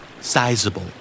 Sizable